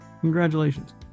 congratulations